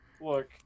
Look